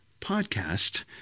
podcast